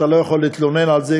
אתה לא יכול להתלונן על זה,